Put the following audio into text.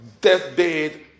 deathbed